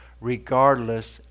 regardless